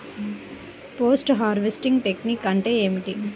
Post harvesting technique అంటే ఏమిటీ?